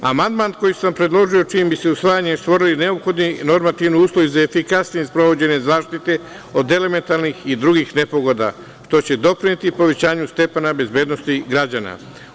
Amandman koji sam predložio, čijim bi se usvajanjem stvorili neophodni normativni uslovi za efikasnije sprovođenje zaštite od elementarnih i drugih nepogoda, to će doprineti povećanju stepena bezbednosti građana.